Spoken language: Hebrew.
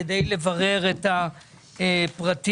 כדי לברר את הפרטים